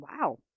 Wow